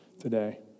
today